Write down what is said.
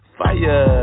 fire